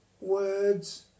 words